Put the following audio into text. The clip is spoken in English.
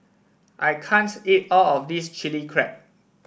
I can't eat all of this Chili Crab